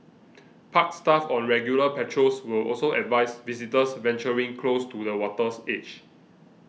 park staff on regular patrols will also advise visitors venturing close to the water's edge